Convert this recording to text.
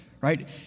right